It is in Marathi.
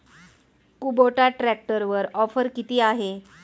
कुबोटा ट्रॅक्टरवर ऑफर किती आहे?